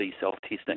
self-testing